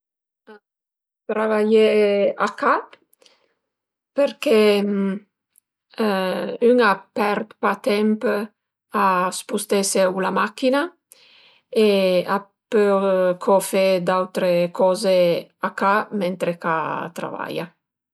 Travaié a ca përché ün a pert pa temp a spustese u la machina e a pöl co fe d'autre coze a ca mentre ch'a travaia